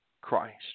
Christ